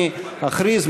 אני אכריז,